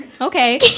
okay